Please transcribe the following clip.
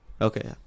Okay